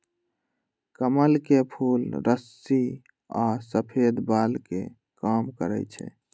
कमल के फूल रुस्सी आ सफेद बाल के कम करई छई